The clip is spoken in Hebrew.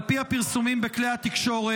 על פי הפרסומים בכלי התקשורת,